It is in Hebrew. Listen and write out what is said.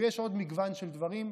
ויש עוד מגוון של דברים.